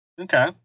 Okay